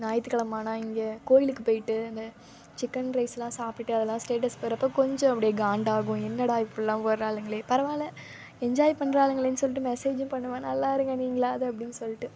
ஞாயிற்றுக் கெழமை ஆனால் எங்கே கோயிலுக்கு போயிட்டு இந்த சிக்கென் ரைஸ்லாம் சாப்பிடுட்டு அதெல்லாம் ஸ்டேட்டஸ் போடுறப்போ கொஞ்சம் அப்படியே காண்டு ஆகும் என்னடா இப்படிலாம் போடுகிறாளுங்களே பரவாயில்ல என்ஜாய் பண்றாளுங்களேனு சொல்லிட்டு மெசேஜூம் பண்ணுவேன் நல்லா இருங்க நீங்களாவது அப்படினு சொல்லிட்டு